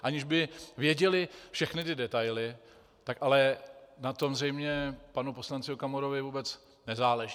Aniž by věděli všechny detaily, tak ale na tom zřejmě panu poslanci Okamurovi vůbec nezáleží.